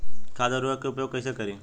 खाद व उर्वरक के उपयोग कईसे करी?